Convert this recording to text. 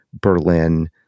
Berlin